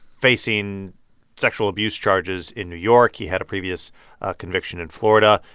facing sexual abuse charges in new york. he had a previous conviction in florida.